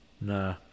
Nah